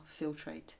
filtrate